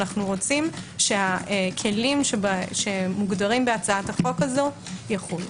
אנו מוצאים שהכלים שמוגדרים בהצעת החוק הזו יחול.